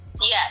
yes